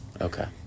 Okay